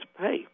pay